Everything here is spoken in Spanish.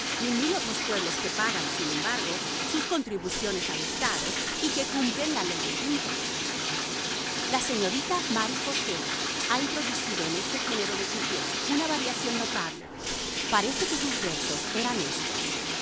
ni mil otros pueblos que pagan sin embargo sus contribuciones al estado y que cumplen la ley de quintas la señorita mary focela ha introducido en este género de cuplés una variación notable parece que sus versos eran éstos